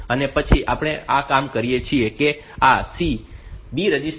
અને પછી આપણે આમ કરીએ છીએ કે આ C આ આ B રજિસ્ટર છે